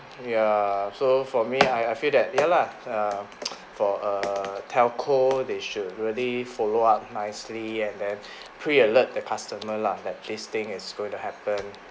ya so for me I I feel that ya lah err for err telco they should really follow up nicely and then pre-alert the customer lah that this thing is going to happen